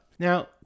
Now